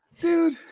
dude